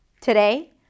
Today